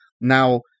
Now